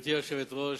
גברתי היושבת-ראש,